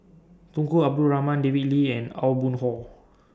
Tunku Abdul Rahman David Lee and Aw Boon Haw